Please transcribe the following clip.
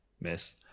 Miss